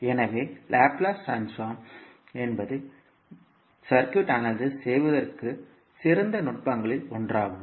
எனவே Laplace Laplace transform என்பது மின்சர்க்யூட் அனாலிசிஸ் செய்வதற்கு சிறந்த நுட்பங்களில் ஒன்றாகும்